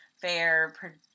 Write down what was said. Fair